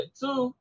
two